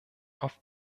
auf